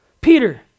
Peter